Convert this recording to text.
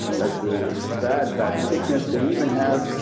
that's a bad bad sickness. they even have